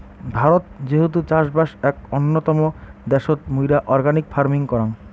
ভারত যেহেতু চাষবাস এক উন্নতম দ্যাশোত, মুইরা অর্গানিক ফার্মিং করাং